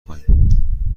خواهیم